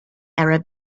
arab